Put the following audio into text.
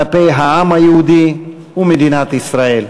כלפי העם היהודי ומדינת ישראל.